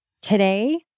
Today